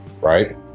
Right